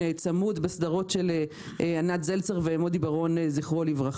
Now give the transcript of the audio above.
צמוד בסדרות של ענת זלצר ומודי בראון ז"ל.